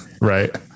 right